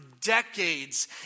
decades